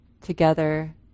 together